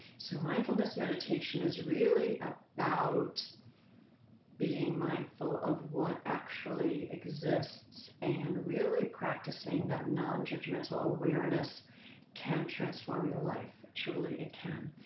so mindfulness meditation is really about being mindful of what actually exists and really practicing that nonjudgmental awareness can transform your life. truly it can.